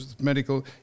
medical